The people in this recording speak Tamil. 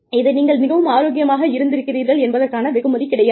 இது நீங்கள் மிகவும் ஆரோக்கியமாக இருந்திருக்கிறீர்கள் என்பதற்கான வெகுமதி கிடையாது